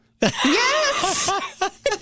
Yes